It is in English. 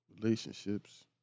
relationships